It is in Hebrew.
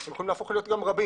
הם יכולים להפוך להיות גם רבים.